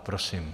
Prosím.